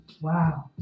Wow